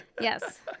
Yes